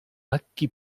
lekki